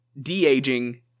de-aging